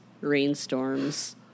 rainstorms